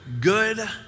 good